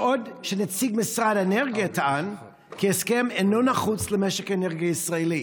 בעוד נציג משרד האנרגיה טען כי ההסכם אינו נחוץ למשק האנרגיה הישראלי.